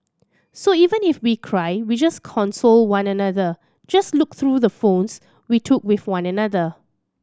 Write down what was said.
so even if we cry we just console one another just look through the phones we took with one another